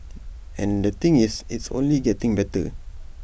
and the thing is it's only getting better